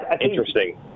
interesting